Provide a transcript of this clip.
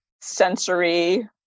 sensory